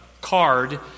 card